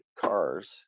Cars